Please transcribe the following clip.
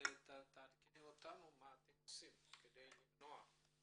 תעדכני אותנו מה אתם עושים כדי למנוע.